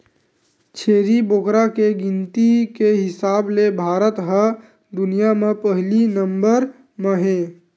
छेरी बोकरा के गिनती के हिसाब ले भारत ह दुनिया म पहिली नंबर म हे